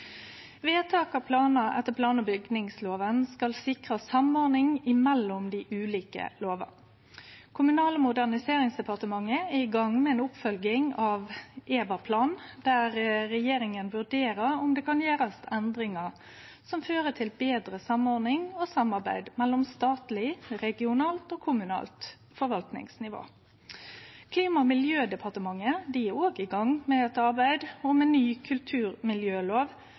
Vedtak etter plan- og bygningsloven skal sikre samordning mellom dei ulike lovane. Kommunal- og moderniseringsdepartementet er i gang med ei oppfølging av EVAPLAN, der regjeringa vurderer om det kan gjerast endringar som fører til betre samordning og samarbeid mellom statleg, regionalt og kommunalt forvaltingsnivå. Klima- og miljødepartementet er òg i gang med eit arbeid med ein ny kulturmiljølov,